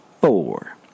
four